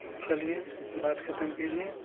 लेकिन चलिए बात ख़त्म कीजिए